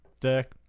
deck